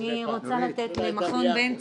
אני רוצה לתת למכון בן צבי.